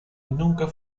nunca